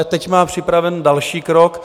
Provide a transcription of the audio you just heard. Teď má připravený další krok.